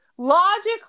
Logically